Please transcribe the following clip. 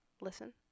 listen